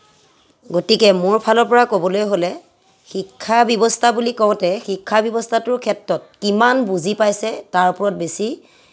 গতিকে মোৰ ফালৰ পৰা ক'বলৈ হ'লে শিক্ষা ব্যৱস্থা বুলি কওঁতে শিক্ষা ব্যৱস্থাটোৰ ক্ষেত্ৰত কিমান বুজি পাইছে তাৰ ওপৰত বেছি